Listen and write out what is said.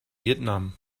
vietnam